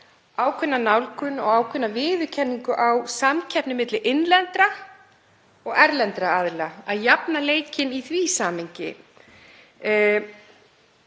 ákveðna nálgun og ákveðna viðurkenningu á samkeppni milli innlendra og erlendra aðila, að jafna leikinn í því samhengi.